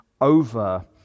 over